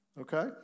Okay